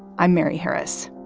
i'm mary harris.